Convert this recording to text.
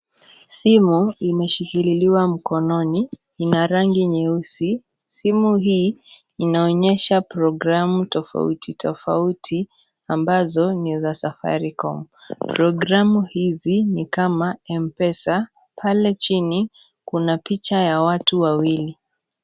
Simu, imeshikililiwa mkononi na rangi nyeusi. Simu hii inaonyesha programu tofauti tofauti ambazo ni za Safaricom. Programu hizi ni kama M-pesa, pale chini, kuna picha ya watu wawili.